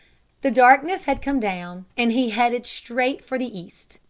the darkness had come down, and he headed straight for the east.